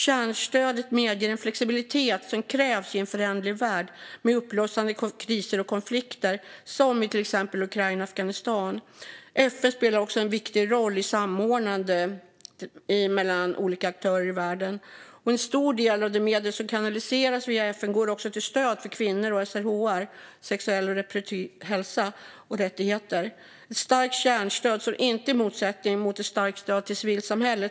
Kärnstödet medger en flexibilitet som krävs i en föränderlig värld med uppblossande kriser och konflikter som i till exempel Ukraina och Afghanistan. FN spelar också en viktig samordnande roll mellan olika aktörer i världen. En stor del av de medel som kanaliseras via FN går också till stöd för kvinnor och SRHR, sexuell och reproduktiv hälsa och rättigheter. Ett starkt kärnstöd står inte i motsättning till ett starkt stöd till civilsamhället.